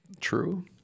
true